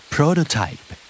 Prototype